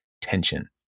tension